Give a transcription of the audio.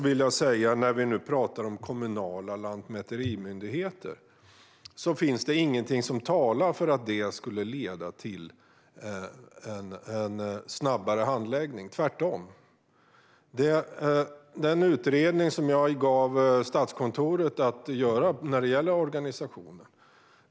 Vi pratar nu om kommunala lantmäterimyndigheter. Det finns ingenting som talar för att det skulle leda till en snabbare handläggning, tvärtom. Jag gav Statskontoret i uppdrag att göra en utredning om organisationen.